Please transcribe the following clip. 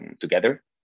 together